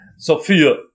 Sophia